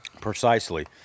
Precisely